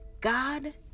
God